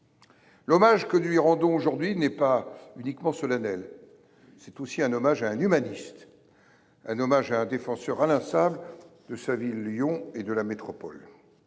L’hommage que nous lui rendons aujourd’hui n’est pas uniquement solennel. C’est un hommage à un humaniste, un hommage à un défenseur inlassable de sa ville de Lyon et de la métropole.